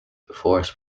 forest